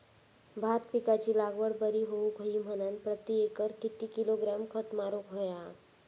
भात पिकाची लागवड बरी होऊक होई म्हणान प्रति एकर किती किलोग्रॅम खत मारुक होया?